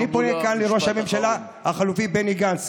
אני פונה כאן לראש הממשלה החלופי בני גנץ: